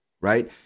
Right